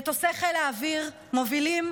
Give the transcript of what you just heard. מטוסי חיל האוויר מובילים